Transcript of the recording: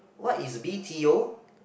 what is B_T_O